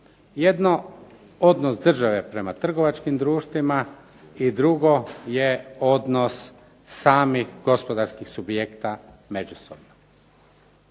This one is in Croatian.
Jedno odnos države prema trgovačkim društvima i drugo je odnos samih gospodarskih subjekta međusobno.